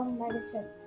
medicine